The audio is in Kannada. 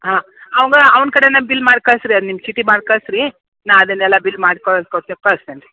ಹಾಂ ಅಂವ್ಗೆ ಅವ್ನ ಕಡೆನೇ ಬಿಲ್ ಮಾಡಿ ಕಳ್ಸಿ ರೀ ಅದು ನಿಮ್ಮ ಚೀಟಿ ಮಾಡಿ ಕಳ್ಸಿ ರೀ ನಾನು ಅದನ್ನೆಲ್ಲ ಬಿಲ್ ಮಾಡಿ ಕಳ್ಸಿ ಕೊಡ್ತೇವೆ ಕಳ್ಸ್ತೇನೆ ರೀ